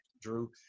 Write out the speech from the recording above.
Drew